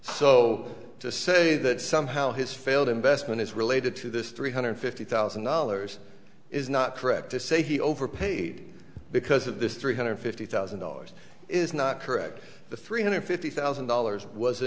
so to say that somehow his failed investment is related to this three hundred fifty thousand dollars is not correct to say he overpaid because of this three hundred fifty thousand dollars is not correct the three hundred fifty thousand dollars was a